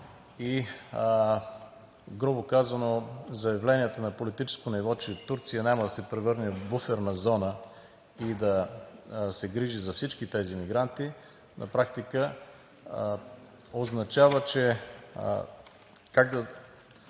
и, грубо казано, заявленията на политическо ниво, че Турция няма да се превърне в буферна зона и да се грижи за всички тези мигранти, на практика означава, че как да